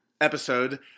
episode